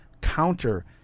counter